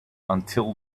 until